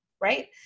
right